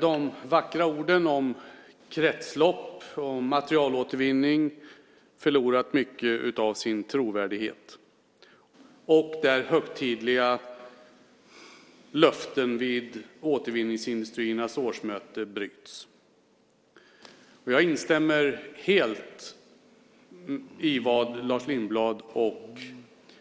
De vackra orden om kretslopp och materialåtervinning har förlorat mycket av sin trovärdighet. Högtidliga löften vid Återvinningsindustriernas årsmöte bryts. Jag instämmer helt i vad Lars Lindblad och